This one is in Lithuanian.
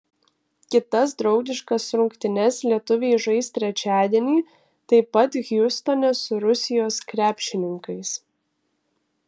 kitas draugiškas rungtynes lietuviai žais trečiadienį taip pat hjustone su rusijos krepšininkais